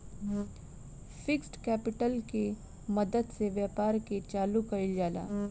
fixed capital के मदद से व्यापार के चालू कईल जाला